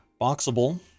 Boxable